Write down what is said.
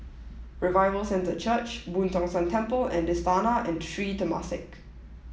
Revival Centre Church Boo Tong San Temple and Istana and Sri Temasek